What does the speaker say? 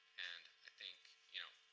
and i think, you know,